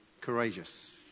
courageous